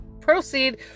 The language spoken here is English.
proceed